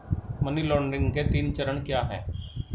Money laundering के तीन चरण क्या हैं?